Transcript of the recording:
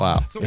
Wow